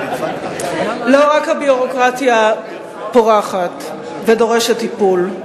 לא רק הביורוקרטיה פורחת ודורשת טיפול.